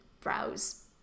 browse